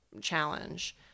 challenge